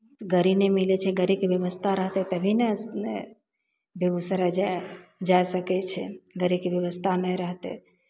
गाड़ी नहि मिलै छै गाड़ीके व्यवस्था रहतै तभी ने बेगूसराय जाय जाय सकै छै गाड़ीके व्यवस्था नहि रहतै